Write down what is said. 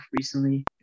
recently